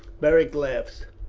beric laughed.